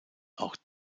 auch